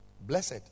Blessed